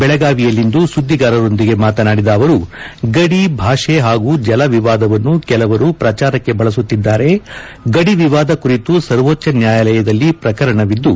ಬೆಳಗಾವಿಯಲ್ಲಿಂದು ಸುದ್ದಿಗಾರರೊಂದಿಗೆ ಮಾತನಾಡಿದ ಅವರು ಗಡಿ ಭಾಷೆ ಹಾಗೂ ಜಲ ವಿವಾದವನ್ನು ಕೆಲವರು ಪ್ರಚಾರಕ್ಷೆ ಬಳಸುತ್ತಿದ್ದಾರೆ ಗಡಿ ವಿವಾದ ಕುರಿತು ಸರ್ವೋಚ್ಹ ನ್ಯಾಯಾಲಯದಲ್ಲಿ ಪ್ರಕರಣವಿದ್ದು